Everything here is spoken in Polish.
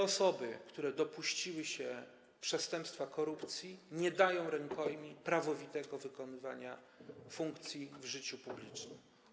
Osoby, które dopuściły się przestępstwa korupcji, nie dają rękojmi prawowitego wykonywania funkcji w życiu publicznym.